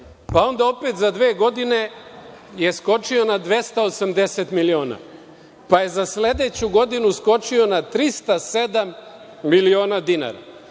pa onda opet za dve godine je skočio na 280 miliona, pa je za sledeću godinu skočio na 307 miliona dinara,